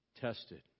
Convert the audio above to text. Tested